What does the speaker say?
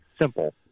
simple